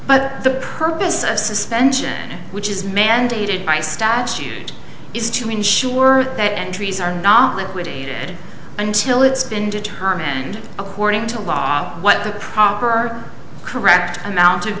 but the purpose of suspension which is mandated by statute is to ensure that entries are not liquidated until it's been determined according to law what the proper are correct amount of